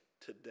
today